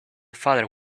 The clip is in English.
father